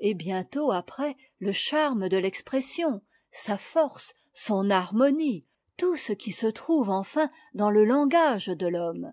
et bientôt après le charme de l'expression sa force son harmonie tout ce qui se trouve enfin dans le langage de l'homme